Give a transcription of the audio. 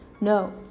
no